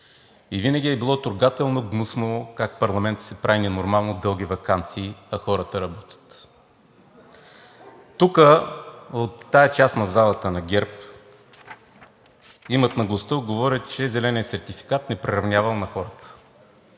и винаги е било трогателно гнусно как парламентът си прави ненормално дълги ваканции, а хората работят. Тук от тази част на залата на ГЕРБ имат наглостта да говорят, че зеленият сертификат ни приравнявал на хората.